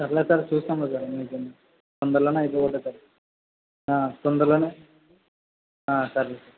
సర్లే సార్ చూస్తాంలే సార్ మీకే తొందరలోనే అయిపోకొడతాం తొందరలోనే సర్లే సార్